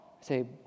Say